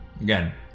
again